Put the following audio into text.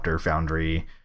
foundry